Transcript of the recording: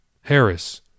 Harris